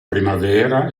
primavera